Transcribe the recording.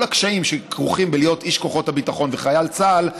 הקשיים שכרוכים בלהיות איש כוחות הביטחון וחייל צה"ל,